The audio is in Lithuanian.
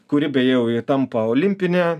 kuri beje jau ji tampa olimpine